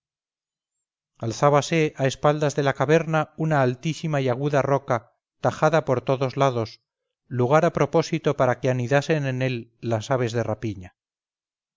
alzábase a espalda de la caverna una altísima y aguda roca tajada por todos lados lugar a propósito para que anidasen en él las aves de rapiña